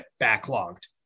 backlogged